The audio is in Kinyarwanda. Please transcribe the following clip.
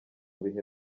bihe